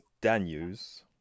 Daniels